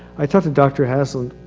i talked to dr. haslund,